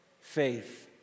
faith